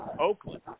Oakland